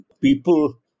people